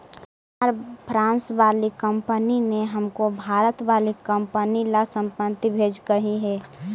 हमार फ्रांस वाली कंपनी ने हमको भारत वाली कंपनी ला संपत्ति भेजकई हे